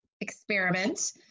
experiment